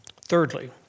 Thirdly